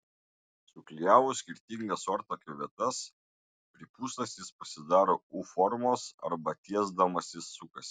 suklijavus skirtingas ortakio vietas pripūstas jis pasidaro u formos arba tiesdamasis sukasi